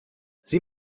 sieh